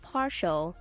Partial